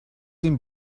den